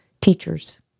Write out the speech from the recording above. teachers